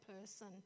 person